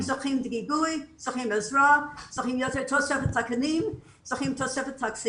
הם צריכים גיבוי, עזרה, תוספת תקנים ותקציב.